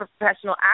professional